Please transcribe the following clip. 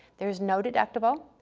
there's no deductible,